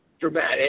Dramatic